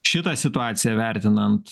šitą situaciją vertinant